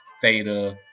Theta